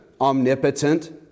omnipotent